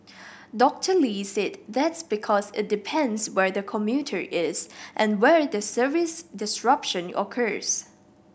Doctor Lee said that's because it depends where the commuter is and where the service disruption occurs